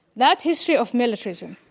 that history of militarism,